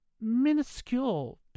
minuscule